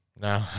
No